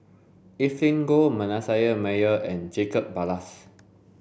Evelyn Goh Manasseh Meyer and Jacob Ballas